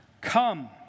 Come